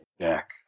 Jack